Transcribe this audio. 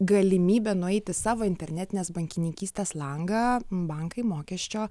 galimybė nueiti savo internetinės bankininkystės langą bankai mokesčio